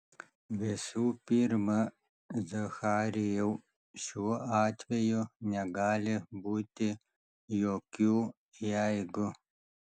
visų pirma zacharijau šiuo atveju negali būti jokių jeigu